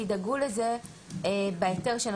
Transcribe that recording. תדאגו לזה בהיתר לאצול את הסמכויות,